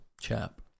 chap